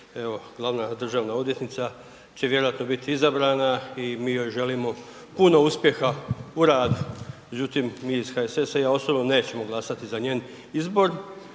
Evo glavna državna odvjetnica će vjerojatno biti izabrana i mi joj želimo puno uspjeha u radu. Međutim, mi iz HSS-a i ja osobno nećemo glasati za njen izbor